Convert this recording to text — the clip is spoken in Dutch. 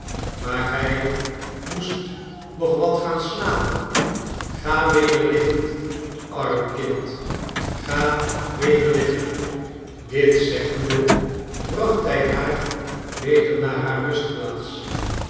maar gij moest nog wat gaan slapen ga weder liggen arm kind ga weder liggen dit zeggende bracht hij haar weder naar hare rustplaats